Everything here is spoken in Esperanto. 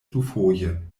dufoje